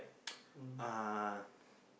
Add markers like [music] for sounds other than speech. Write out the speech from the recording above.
[noise] uh [breath]